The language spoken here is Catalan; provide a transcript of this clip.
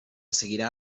seguirà